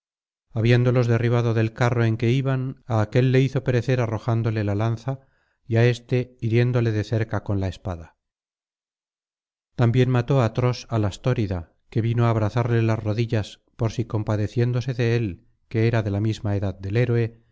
habiéndolos derribado del carro en que iban á aquél le hizo perecer arrojándole la lanza y á éste hiriéndole de cerca con la espada también mató á tros alastórida que vino á abrazarle las rodillas por si compadeciéndose de él que era de la misma edad del héroe